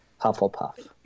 Hufflepuff